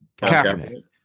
Kaepernick